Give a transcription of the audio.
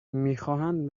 میخواهند